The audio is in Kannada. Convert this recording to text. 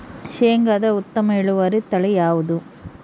ಶೇಂಗಾದ ಉತ್ತಮ ಇಳುವರಿ ತಳಿ ಯಾವುದು?